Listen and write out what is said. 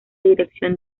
dirección